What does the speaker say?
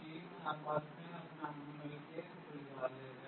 DNA और RNA के बारे में